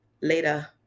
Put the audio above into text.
Later